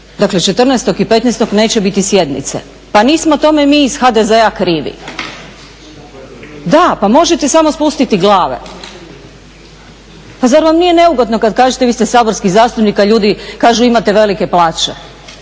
dakle 14. i 15. neće biti sjednice. Pa nismo tome mi iz HDZ-a krivi. … /Upadica se ne razumije./ … Da, pa možete samo spustiti glave. Pa zar vam nije neugodno kad kažete vi ste saborski zastupnik, a ljudi kažu imate velike plaće?